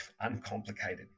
uncomplicated